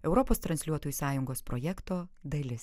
europos transliuotojų sąjungos projekto dalis